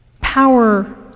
Power